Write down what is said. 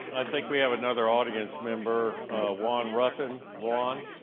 i think we have another audience member juan ruffin. juan.